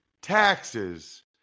taxes